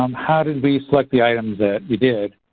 um how did we select the items that we did?